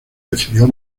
recibió